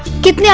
give